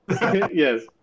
Yes